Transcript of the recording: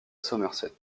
somerset